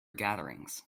gatherings